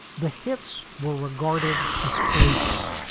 the hits were regarded as flukes.